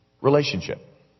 relationship